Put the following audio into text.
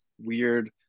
weird